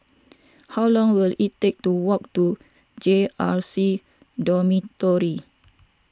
how long will it take to walk to J R C Dormitory